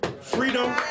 Freedom